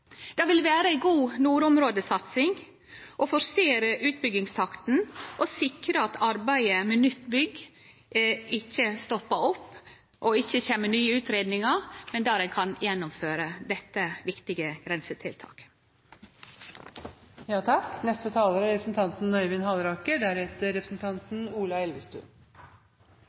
Det vil vere ei god nordområdesatsing å forsere utbyggingstakten, sikre at arbeidet med nytt bygg ikkje stoppar opp og at det ikkje kjem nye utgreiingar, slik at ein kan gjennomføre dette viktige